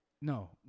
No